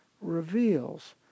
reveals